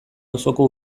auzoko